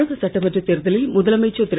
தமிழக சட்டமன்ற தேர்தலில் முதலமைச்சர் திரு